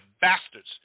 bastards